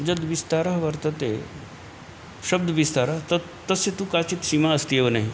यः विस्तारः वर्तते शब्दविस्तार तत् तस्य तु काचित् सीमा अस्ति एव नहि